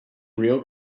real